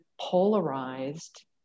polarized